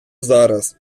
зараз